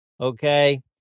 Okay